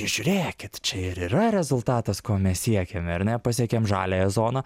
žiūrėkit čia ir yra rezultatas ko mes siekėme ar ne pasiekėm žaliąją zoną